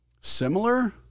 similar